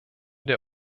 der